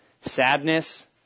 Sadness